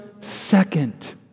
second